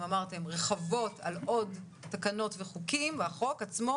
אמרתם רחבות על עוד תקנות וחוקים והחוק עצמו